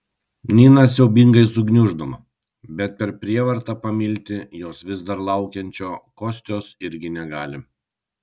nina siaubingai sugniuždoma bet per prievartą pamilti jos vis dar laukiančio kostios irgi negali